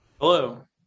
Hello